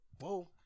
Whoa